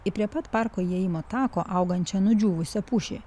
į prie pat parko įėjimo tako augančią nudžiūvusią pušį